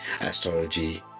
astrology